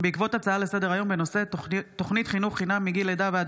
היום יום